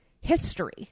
history